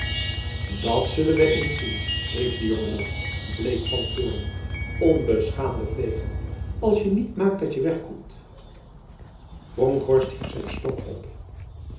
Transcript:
dat zullen we eens zienf riep de jongeman bleek van toorn onbeschaamde vlegel als je niet maakt datje wegkomt bronkhorst hief zijn stok op